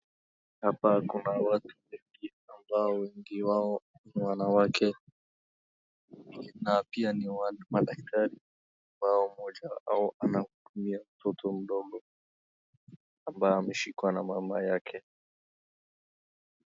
Hapa kuna watu wengi ambao wengi wao ni wanawake na pia ni madaktari. Mmoja wao anahudumia mtoto mdogo ambaye ameshikwa na mama yake.